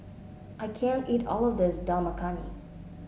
I can't eat all of this Dal Makhani